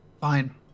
Fine